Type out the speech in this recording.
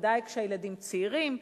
בוודאי כשהילדים צעירים.